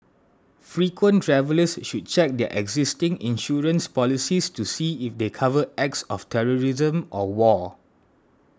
frequent travellers should check their existing insurance policies to see if they cover acts of terrorism or war